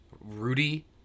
Rudy